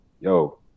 yo